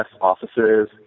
offices